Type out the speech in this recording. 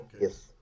Yes